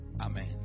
Amen